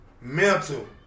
mental